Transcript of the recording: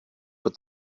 with